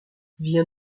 viens